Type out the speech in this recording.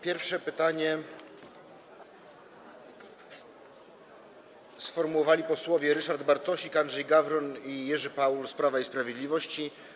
Pierwsze pytanie sformułowali posłowie Ryszard Bartosik, Andrzej Gawron i Jerzy Paul z Prawa i Sprawiedliwości.